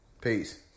Peace